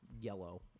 yellow